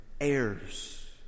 heirs